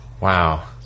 Wow